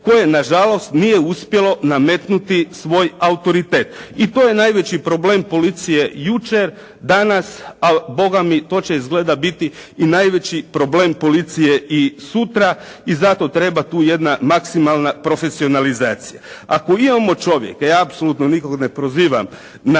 koje nažalost nije uspjelo nametnuti svoj autoritet. I to je najveći problem policije jučer, danas ali bogami to će izgleda biti i najveći problem policije i sutra. I zato treba tu jedna maksimalna profesionalizacija. Ako imamo čovjeka, ja apsolutno nikog ne prozivam, na